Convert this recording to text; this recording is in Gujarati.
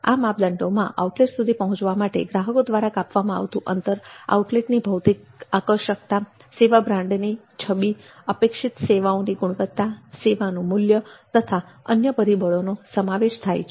આ માપદંડોમાં આઉટલેટ સુધી પહોંચવા માટે ગ્રાહકો દ્વારા કાપવામાં આવતું અંતર આઉટલેટ ની ભૌતિક આકર્ષકતા સેવા બ્રાન્ડની છબી અપેક્ષિત સેવાની ગુણવત્તા સેવાનું મૂલ્ય તથા અન્ય પરિબળોનો સમાવેશ થાય છે